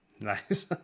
Nice